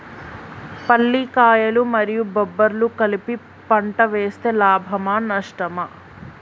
పల్లికాయలు మరియు బబ్బర్లు కలిపి పంట వేస్తే లాభమా? నష్టమా?